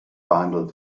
behandelt